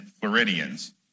Floridians